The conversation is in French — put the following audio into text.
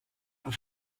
vous